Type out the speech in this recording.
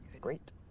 Great